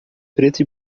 preto